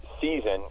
season